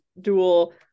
dual